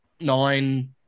nine